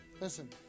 Listen